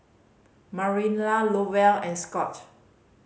Mariela Lowell and Scott